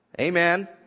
Amen